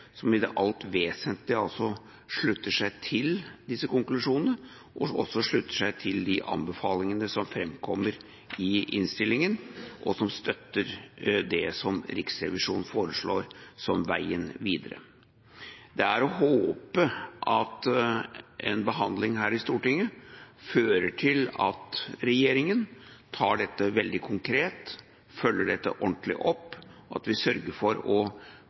som i det alt vesentlige slutter seg til disse konklusjonene og også til de anbefalingene som framkommer i innstillingen, og som støtter det som Riksrevisjonen foreslår som veien videre. Det er å håpe at en behandling her i Stortinget fører til at regjeringen tar dette veldig konkret og følger dette ordentlig opp, og at vi sørger for å